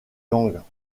gangs